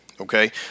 okay